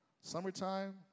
Summertime